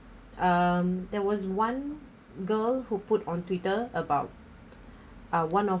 um there was one girl who put on twitter about ah one of